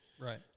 Right